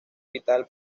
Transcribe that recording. vital